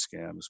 scams